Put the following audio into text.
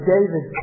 David